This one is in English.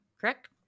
correct